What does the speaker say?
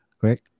correct